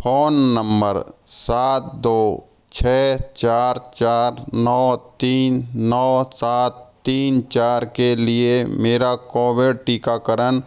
phone number सात दो छः चार चार नौ तीन नौ सात तीन चार के लिए मेरा कोविड टीकाकरण